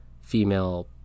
female